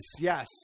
yes